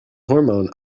hormone